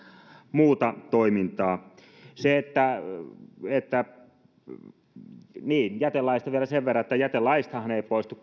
muuta toimintaa jätelaista vielä sen verran että jätelaistahan ei poistu